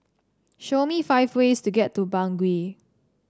show me five ways to get to Bangui